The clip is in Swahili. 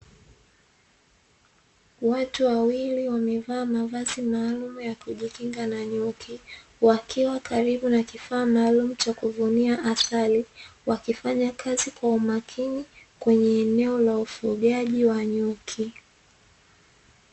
Watu wawili wamevaa mavazi maalumu ya kujikinga na nyuki, wakiwa karibu na kifaa maalumu cha kuvunia asali, wakifanya kazi kwa umakini, kwenye eneo la ufugaji wa nyuki.